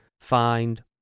find